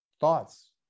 Thoughts